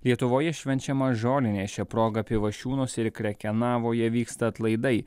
lietuvoje švenčiama žolinė šia proga pivašiūnuose ir krekenavoje vyksta atlaidai